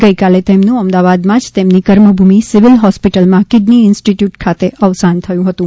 ગઇકાલે તેમનું અમદાવાદમાં જ તેમની કર્મભૂમિ સિવિલ હોસ્પીટલમાં કીડની ઇન્સ્ટીટયુટ ખાતે અવસાન થયું હતું